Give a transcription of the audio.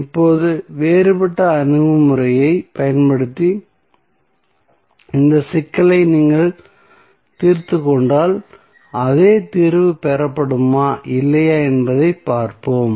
இப்போது வேறுபட்ட அணுகுமுறையைப் பயன்படுத்தி இந்த சிக்கலை நீங்கள் தீர்த்துக் கொண்டால் அதே தீர்வு பெறப்படுமா இல்லையா என்பதைப் பார்ப்போம்